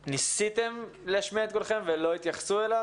ניסיתם להשמיע את קולכם ולא התייחסו אליו?